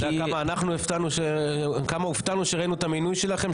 אתה יודע עד כמה אנחנו הופתענו כשראינו את המינוי שלכם,